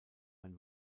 ein